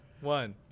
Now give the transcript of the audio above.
one